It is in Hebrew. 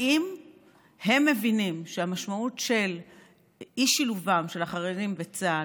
האם הם מבינים שהמשמעות של אי-שילובם של החרדים בצה"ל,